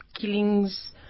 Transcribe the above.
Killings